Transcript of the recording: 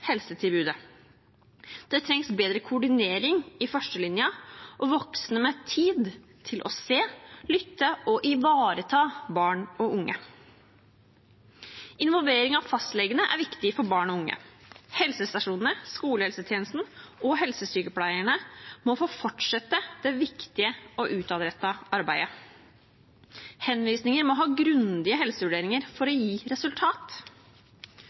helsetilbudet. Det trengs bedre koordinering i førstelinjen og voksne med tid til å se, lytte og ivareta barn og unge. Involvering av fastlegene er viktig for barn og unge. Helsestasjonene, skolehelsetjenesten og helsesykepleierne må få fortsette det viktige og utadrettede arbeidet. Henvisninger må ha grundige helsevurderinger for å gi resultat,